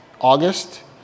August